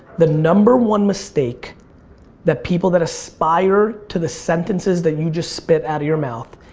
the number one mistake that people that aspire to the sentences that you just spit out of your mouth,